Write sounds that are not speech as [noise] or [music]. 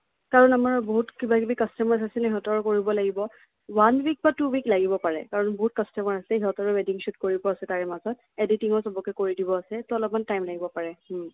কাৰণ আমাৰ বহুত কিবা কিবি কাষ্টমাৰ্চ আছে [unintelligible] ইহঁতৰ কৰিব লাগিব ওৱান ৱিক বা টু ৱিক লাগিব পাৰে কাৰণ বহুত কাষ্টমাৰ আছে সিহঁতৰো ৱেডিং শ্বুট কৰিব আছে তাৰে মাজত এডিটিঙো সবকে কৰি দিব আছে ত' অলপমান টাইম লাগিব পাৰে